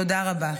תודה רבה.